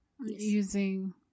Using